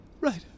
Right